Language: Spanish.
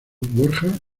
borja